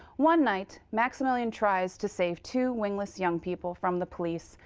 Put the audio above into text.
one night maximillian tries to save two wingless young people from the police,